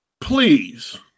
please